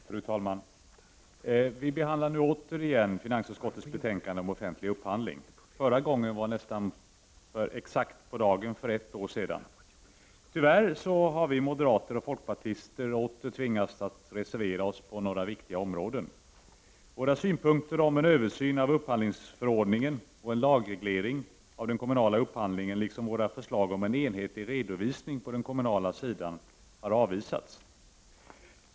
Fru talman! Vi behandlar nu återigen finansutskottets betänkande om offentlig upphandling. Förra gången var nästan exakt på dagen för ett år sedan. Tyvärr har vi moderater och folkpartister åter tvingats att reservera oss på några viktiga områden. Våra synpunkter om en översyn av upphandlingsförordningen och en lagreglering av den kommunala upphandlingen, liksom våra förslag om enhetlig redovisning på den kommunala sidan, har avvisats.